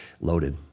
loaded